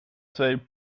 twee